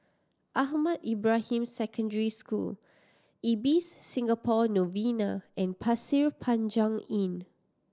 Ahmad Ibrahim Secondary School Ibis Singapore Novena and Pasir Panjang Inn